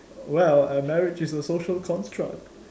well a marriage is a social construct